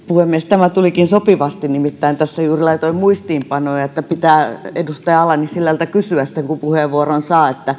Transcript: puhemies tämä tulikin sopivasti nimittäin tässä juuri laitoin muistiinpanoja että pitää edustaja ala nissilältä kysyä sitten kun puheenvuoron saa